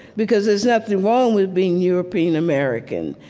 because there's nothing wrong with being european-american.